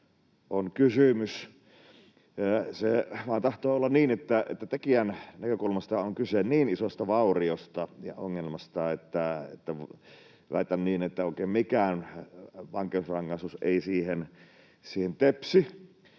Se vain tahtoo olla niin, että tekijän näkökulmasta on kyse niin isosta vauriosta ja ongelmasta — väitän niin — että oikein mikään vankeusrangaistus ei siihen tepsi.